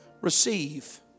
receive